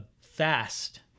fast